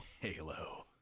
Halo